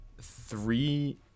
three